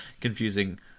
confusing